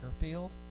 field